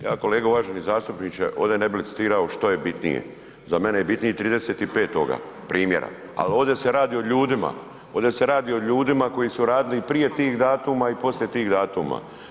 Ja kolega uvaženi zastupniče ovde ne bi licitirao što je bitnije, za mene je bitniji 30.5. primjera, al ovde se radi o ljudima, ovde se radi o ljudima koji su radili i prije tih datuma i poslije tih datuma.